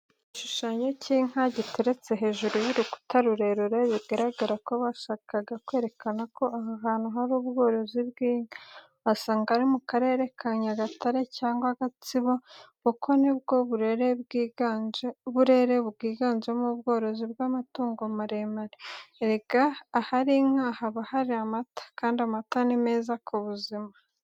Igishushanyo cy'inka giteretse hejuru y'urukuta rurerure bigaragara ko bashakaga kwerekana ko aha hantu hari ubworozi bw'inka wasanga ari mu karere ka Nyagatare cyangwa Gatsibo kuko ni bwo burere bwiganjemo ubworozi bw'amatungo maremare. Erega ahari inka haba hari amata kandi amata ni meza ku buzima.